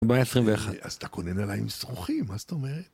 ב-21 אז אתה קונה נעלים עם שרוכים, מה זאת אומרת?